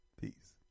peace